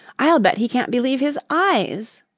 i'll bet he can't believe his eyes.